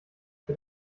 mit